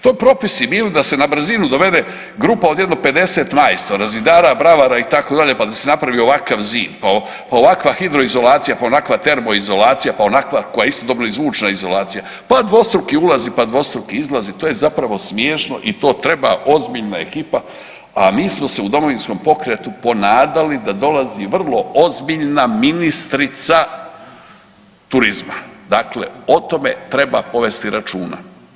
To bi propisi bili da se na brzinu dovede grupa od jedno 50 majstora, zidara, bravara itd. pa da se napravi ovakav zid, pa ovakva hidroizolacija, pa onakva termoizolacija, pa onakva koja je istodobno i zvučna izolacija, pa dvostruki ulazi, pa dvostruki izlazi to je zapravo smiješno i to treba ozbiljna ekipa, a mi smo se u Domovinskom pokretu ponadali da dolazi vrlo ozbiljna ministrica turizma, dakle o tome treba povesti računa.